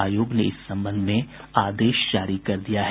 आयोग ने इस संबंध में आदेश जारी कर दिया है